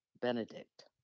Benedict